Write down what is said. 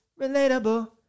relatable